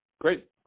Great